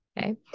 Okay